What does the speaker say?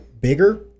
bigger